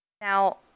Now